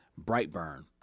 Brightburn